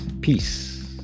Peace